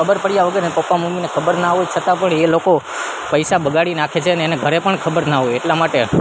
ખબર પડ્યા વગર એના પપ્પા મમ્મીને ખબર ના હોય છતાં પણ એ લોકો પૈસા બગાડી નાખે છે અને એને ઘરે પણ ખબર ના હોય એટલા માટે